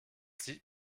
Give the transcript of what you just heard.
sieht